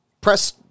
press